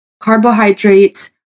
carbohydrates